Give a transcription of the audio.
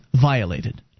violated